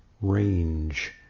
range